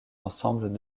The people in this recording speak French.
ensembles